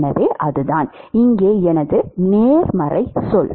எனவே அதுதான் இங்கே எனது நேர்மறைச் சொல்